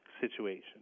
situation